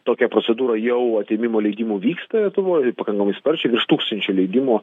tokia procedūra jau atėmimo leidimų vyksta lietuvoj pakankamai sparčiai virš tūkstančio leidimų